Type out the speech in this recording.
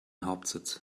hauptsitz